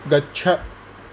गच्छ